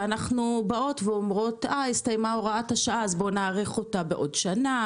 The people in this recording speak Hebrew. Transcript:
ואנחנו באות ואומרות הסתיימה הוראת השעה אז בואו נאריך אותה בעוד שנה,